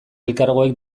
elkargoek